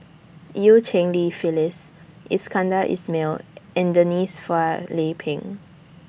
EU Cheng Li Phyllis Iskandar Ismail and Denise Phua Lay Peng